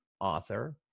author